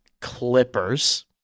Clippers